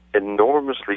enormously